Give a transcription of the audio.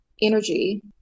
energy